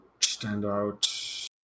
standout